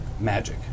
magic